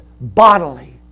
bodily